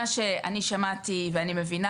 ממה שאני שמעתי ואני מבינה,